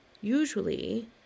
usually